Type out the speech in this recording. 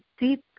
deep